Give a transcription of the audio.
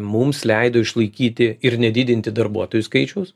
mums leido išlaikyti ir nedidinti darbuotojų skaičiaus